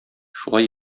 шулай